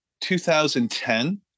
2010